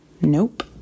Nope